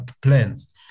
plans